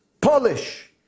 Polish